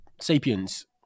Sapiens